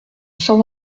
cent